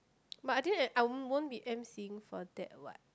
but I think that I won't be emceeing for that what